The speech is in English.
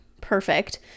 perfect